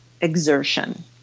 exertion